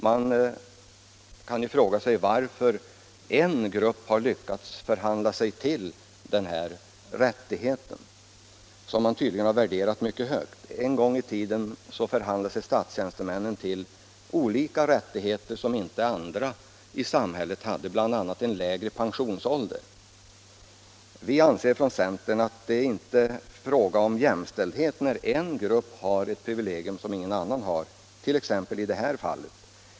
Man kan nu fråga sig varför en grupp har lyckats förhandla sig till den här rättigheten, som man tydligen har värderat mycket högt. En gång i tiden förhandlade sig statstjänstemännen till rättigheter som inte andra i samhället hade, bl.a. lägre pensionsålder. Vi anser från centern att det inte är fråga om jämställdhet när en grupp har ett privilegium som ingen annan har, t.ex. i det här fallet.